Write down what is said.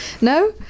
no